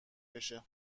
بشه